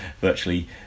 virtually